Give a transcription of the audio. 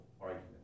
argument